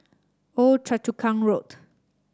Old Choa Chu Kang Road